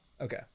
Okay